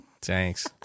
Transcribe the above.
Thanks